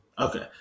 Okay